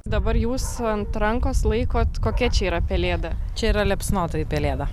dabar jūs ant rankos laikot kokia čia yra pelėda čia yra liepsnotoji pelėda